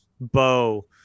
Bo